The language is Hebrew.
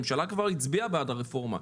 הממשלה כבר הצביעה בעד הרפורמה,